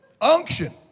unction